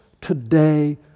today